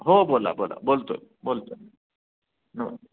हो बोला बोला बोलतो आहे बोलतो आहे नमस्कार